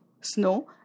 Snow